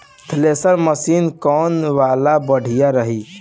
Thresher machine कौन वाला बढ़िया रही?